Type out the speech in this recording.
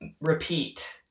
repeat